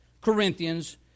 Corinthians